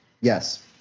Yes